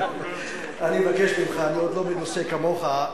אני מבקש ממך, אני עוד לא מנוסה כמוך.